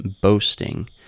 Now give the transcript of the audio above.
boasting